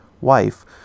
wife